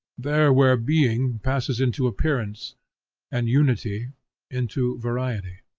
there where being passes into appearance and unity into variety.